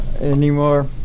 Anymore